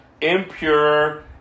impure